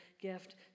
gift